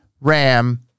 Ram